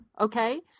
okay